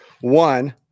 one